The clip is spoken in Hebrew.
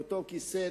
לאותו כיסא,